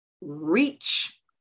reach